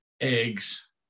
eggs